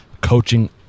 coaching